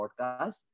podcast